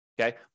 Okay